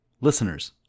Listeners